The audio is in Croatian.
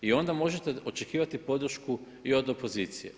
I onda možete očekivati podršku i od opozicije.